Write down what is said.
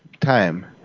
time